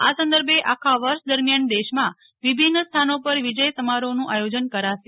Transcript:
આ સંદર્ભે આખા વર્ષ દરમિાયન દેશમાં વિભિન્ન સ્થાનો પર વિજય મસારોહનું આયોજન કરાશે